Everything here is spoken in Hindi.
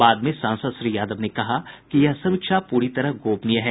बाद में सांसद श्री यादव ने कहा कि यह समीक्षा पूरी तरह गोपनीय है